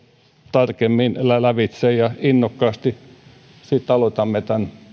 tarkemmin lävitse ja innokkaasti sitten aloitamme